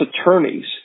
attorneys